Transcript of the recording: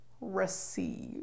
receive